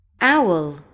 Owl